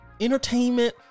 entertainment